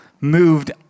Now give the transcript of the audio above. moved